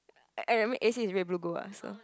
I mean a_c is red blue gold ah so